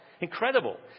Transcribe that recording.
Incredible